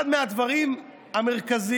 אחד מהדברים המרכזיים,